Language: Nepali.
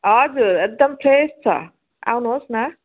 हजुर एकदम फ्रेस छ आउनुहोस् न